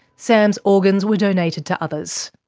sam's organs were donated to others,